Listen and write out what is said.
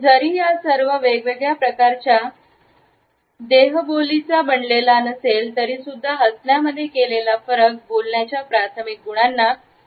जरी या सर्व वेगवेगळे प्रकारांचा दहाच्या बनलेला नसेल तरीसुद्धा हसण्यामध्ये केलेला फरक बोलण्याच्या प्राथमिक गुणांना विकृत सुद्धा करू शकते